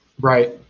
Right